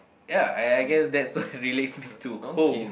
ya I I guess that's what relates me to home